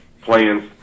plans